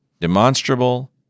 demonstrable